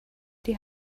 die